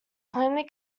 plainly